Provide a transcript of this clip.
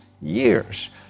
years